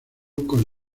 con